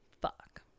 Fuck